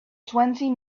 twenty